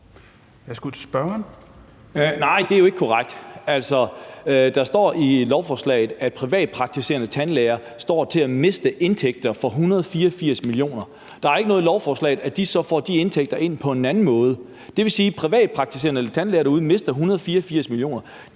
Nej, det er jo ikke korrekt. Altså, der står i lovforslaget, at privatpraktiserende tandlæger står til at miste indtægter for 184 mio. kr., og der er ikke noget lovforslag om, at de så får de indtægter ind på en anden måde. Det vil sige, at privatpraktiserende tandlæger derude mister 184 mio.